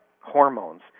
hormones